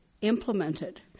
implemented